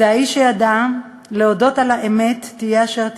זה האיש שידע להודות על האמת, תהיה אשר תהיה,